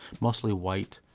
mostly white,